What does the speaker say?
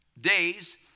days